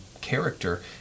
character